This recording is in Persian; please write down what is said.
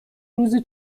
روزی